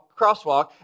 crosswalk